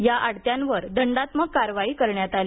या आडत्यांवर दंडात्मक कारवाई करण्यात आली